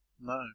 No